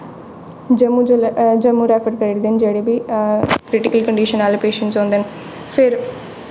जम्मू जेल्लै जम्मू रैफर करी ओड़दे न जेह्ड़े बी क्रिटिलक कंडिशन्स आह्ले पेशैंट्स होंदे न